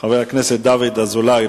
של חבר הכנסת דוד אזולאי,